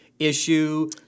Issue